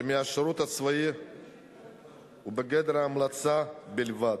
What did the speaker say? שהשירות הצבאי לגביו הוא בגדר המלצה בלבד,